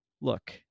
Look